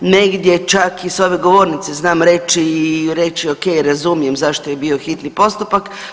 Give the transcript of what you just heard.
Negdje čak i sa ove govornice znam reći i reći ok, razumijem zašto je bio hitni postupak.